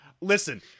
Listen